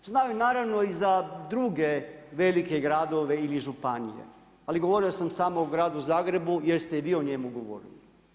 Znaju naravno i za druge velike gradove ili županije, ali govorio sam samo o gradu Zagrebu jer ste i vi o njemu govorili.